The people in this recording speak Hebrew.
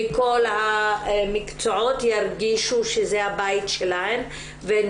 מכל המקצועות ירגישו שזה הבית שלהן והן